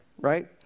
right